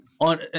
on